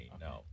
No